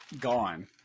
gone